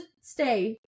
stay